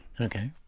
okay